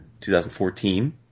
2014